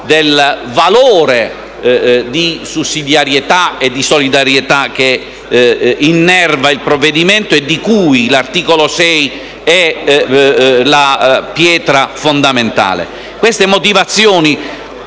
del valore di sussidiarietà e di solidarietà che innerva il provvedimento e di cui l'articolo 6 è la pietra fondamentale. Queste motivazioni